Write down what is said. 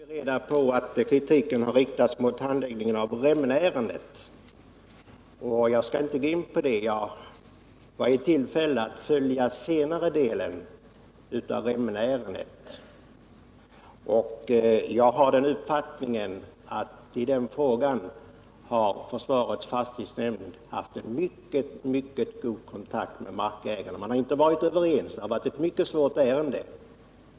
Herr talman! Nu får vi för det första reda på att kritiken har riktats mot handläggningen av Remmeneärendet. Jag skall inte gå in på detta ärende, men jag var i tillfälle att följa senare delen av det. Jag har den uppfattningen att försvarets fastighetsnämnd i den frågan har haft en synnerligen god kontakt med markägarna. Man har inte varit överens, för det har varit ett mycket svårt ärende.